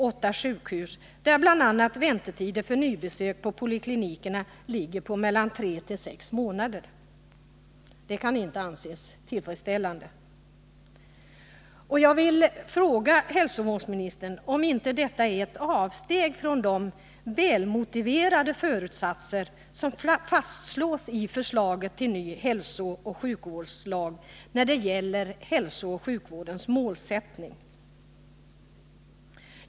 Den visar bl.a. att väntetiderna för nybesök på poliklinikerna är 3-6 månader. Det kan inte anses tillfredsställande. Jag vill fråga hälsovårdsministern om inte detta är ett avsteg från de välmotiverade föresatser som fastslås i förslaget till ny hälsooch sjukvårdslag när det gäller hälsooch sjukvårdens målsättning.